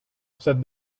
said